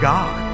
God